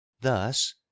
Thus